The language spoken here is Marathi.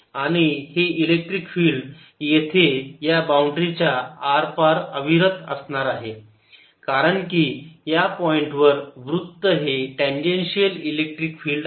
आणि हे इलेक्ट्रिक फील्ड येथे या बाउंड्री च्या आरपार अविरत असणार आहे कारण की या पॉईंटवर वृत्त हे टँजन्शीअल इलेक्ट्रिक फील्ड आहे